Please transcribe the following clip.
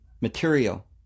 material